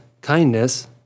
kindness